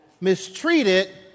mistreated